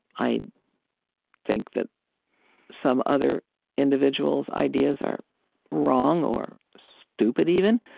i think that some other individuals' ideas are wrong, or stupid, even.